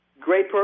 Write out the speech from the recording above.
great